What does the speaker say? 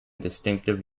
distinctive